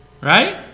Right